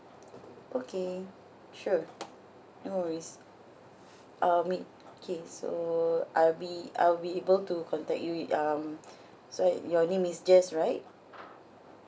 okay sure no worries I'll meet okay so I will be I will be able to contact you um sorry your name is jess right